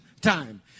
time